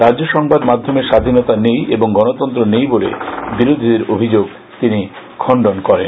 রাজ্যে সংবাদ মাধ্যমের স্বাধীনতা নেই ও গণতন্ত্র নেই বলে বিরোধীদের অভিযোগ তিনি খন্ডন করেন